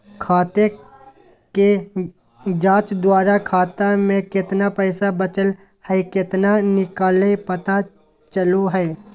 खाते के जांच द्वारा खाता में केतना पैसा बचल हइ केतना निकलय पता चलो हइ